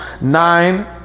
nine